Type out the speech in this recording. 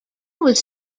was